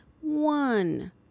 one